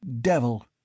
Devil